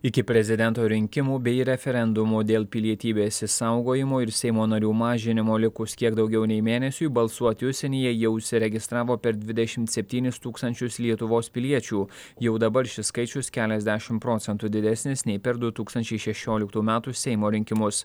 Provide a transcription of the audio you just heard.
iki prezidento rinkimų bei referendumų dėl pilietybės išsaugojimo ir seimo narių mažinimo likus kiek daugiau nei mėnesiui balsuoti užsienyje jau užsiregistravo per dvidešimt septynis tūkstančius lietuvos piliečių jau dabar šis skaičius keliasdešim procentų didesnis nei per du tūkstančiai šešioliktų metų seimo rinkimus